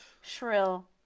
shrill